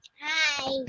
Hi